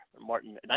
Martin